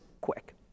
quick